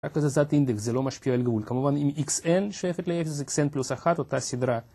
רק לזאת אינדקס זה לא משפיע על גבול כמובן אם xn שואפת ל0 זה xn פלוס 1 אותה סדרה